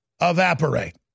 evaporate